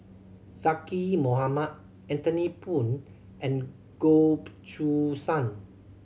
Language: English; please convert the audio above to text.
Zaqy Mohamad Anthony Poon and Goh Choo San